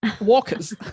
walkers